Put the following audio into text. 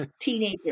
teenager